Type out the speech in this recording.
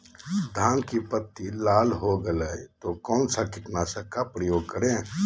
धान की पत्ती लाल हो गए तो कौन सा कीटनाशक का प्रयोग करें?